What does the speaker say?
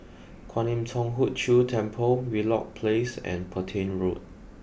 Kwan Im Thong Hood Cho Temple Wheelock Place and Petain Road